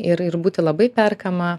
ir ir būti labai perkama